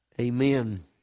Amen